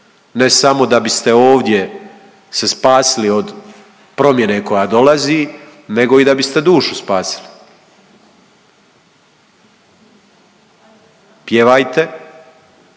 ne samo da biste ovdje se spasili od promjene koja dolazi nego da biste i dušu spasili. Pjevajte,